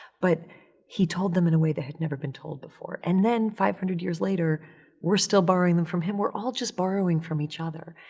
but he told them in a way that had never been told before and then five hundred years later we're still borrowing them from him. we're all just borrowing from each other.